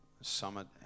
summit